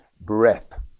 Breath